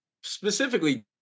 specifically